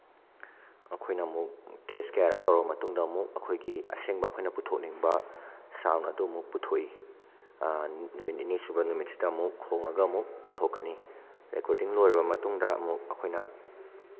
ꯑꯩꯈꯣꯏꯅ ꯑꯃꯨꯛ ꯇꯦꯁ ꯀꯌꯥꯔꯛ ꯇꯧꯔ ꯃꯇꯨꯡꯗ ꯑꯃꯨꯛ ꯑꯩꯈꯣꯏꯒꯤ ꯑꯁꯦꯡꯕ ꯑꯩꯈꯣꯏꯅ ꯄꯨꯊꯣꯛꯅꯤꯡꯕ ꯁꯥꯎꯟ ꯑꯗꯨ ꯑꯃꯨꯛ ꯄꯨꯊꯣꯛꯏ ꯅꯨꯃꯤꯠ ꯅꯤꯅꯤ ꯁꯨꯕ ꯅꯨꯃꯤꯠꯁꯤꯗ ꯑꯃꯨꯛ ꯈꯣꯡꯉꯒ ꯑꯃꯨꯛ ꯄꯨꯊꯣꯛꯀꯅꯤ ꯔꯦꯀꯣꯔꯗꯤꯡ ꯂꯣꯏꯔꯕ ꯃꯇꯨꯡꯗ ꯑꯃꯨꯛ ꯑꯩꯈꯣꯏꯅ